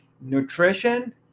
nutrition